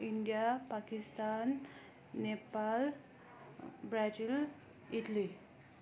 India Pakistan Nepal Brazil Italy